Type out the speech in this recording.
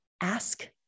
ask